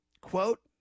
Quote